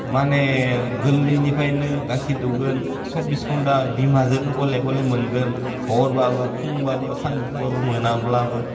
माने गोदलैनिफायनो गाखिर दौगोन सब्बिस घन्टा बिमाजोंनो गले गले मोनगोन हरबाबो फुंबाबो सानजौफुबाबो मोनाब्लाबो